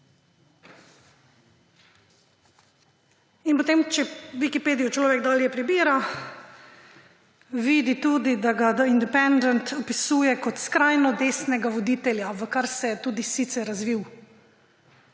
In potem, če Wikipedijo človek dalje prebira, vidi tudi, da ga Independent opisuje kot skrajno desnega voditelja, v kar se je tudi sicer razvil.